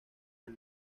del